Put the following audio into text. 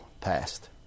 passed